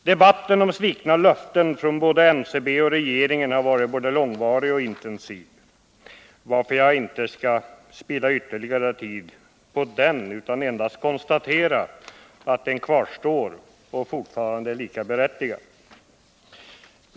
Debatten om svikna löften från både NCB och regeringen har varit såväl långvarig som intensiv, varför jag inte skall spilla ytterligare tid på den utan endast konstatera att den kvarstår och fortfarande är lika berättigad.